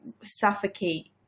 suffocate